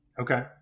Okay